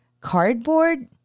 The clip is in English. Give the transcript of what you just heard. cardboard